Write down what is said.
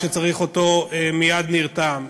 כשצריך אותו מייד נרתם,